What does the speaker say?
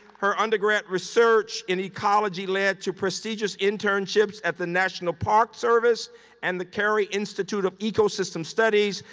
her undergrad research in ecology led to prestigious internships at the national park service and the cary institute of ecosystem studies.